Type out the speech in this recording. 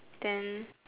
then